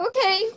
Okay